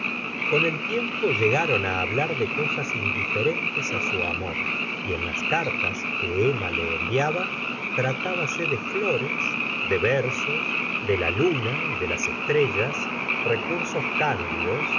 con el tiempo llegaron á hablar le cosas indifere ntes á su amor y en las cartas que emma le en viaba tratábase de flores de versos de la luna y de las estrellas recursos cándidos